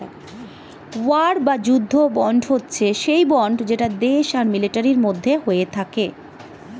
war বা যুদ্ধ bond হচ্ছে সেই বন্ড যেটা দেশ আর মিলিটারির মধ্যে হয়ে থাকে